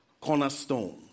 Cornerstone